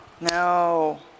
No